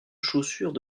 chaussures